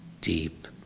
deep